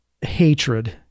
hatred